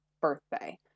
birthday